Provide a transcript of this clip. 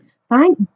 Thank